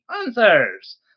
answers